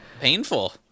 painful